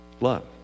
Love